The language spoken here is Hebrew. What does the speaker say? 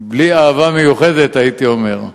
בלי אהבה מיוחדת, הייתי אומר.